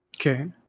Okay